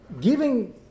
Giving